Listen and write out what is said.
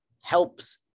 helps